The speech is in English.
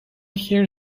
hear